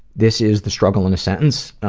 this is the struggle in a sentence.